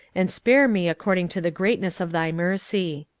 and spare me according to the greatness of thy mercy.